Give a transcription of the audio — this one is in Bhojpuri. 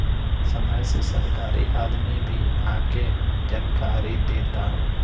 समय से सरकारी आदमी भी आके जानकारी देता